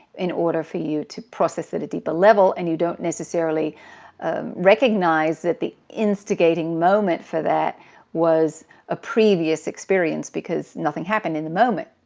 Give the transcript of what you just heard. in order for you to process at a deeper level. and you don't necessarily recognize that the instigating moment for that was a previous experience because nothing happened in the moment.